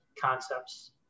concepts